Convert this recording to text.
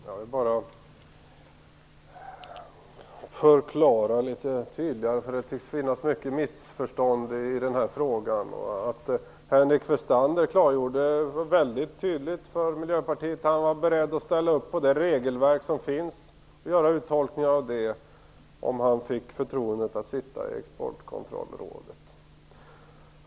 Fru talman! Jag vill bara förklara litet tydligare. Det tycks finnas många missförstånd i den här frågan. Henrik Westander klargjorde mycket tydligt för Miljöpartiet att han var beredd att ställa upp på det regelverk som finns och göra uttolkningar av det om han fick förtroendet att sitta i Exportkontrollrådet.